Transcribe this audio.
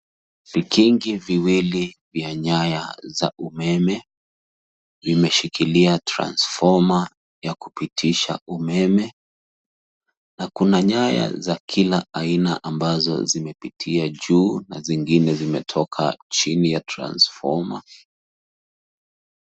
Vikingi viwili vya nyaya za umeme vimeshikilia transfoma ya kupitisha na kuna nyaya za kila aina ambazo zimepitia juu na zingine zimetoka chini ya transfoma.